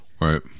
Right